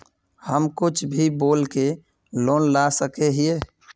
हम कुछ भी बोल के लोन ला सके हिये?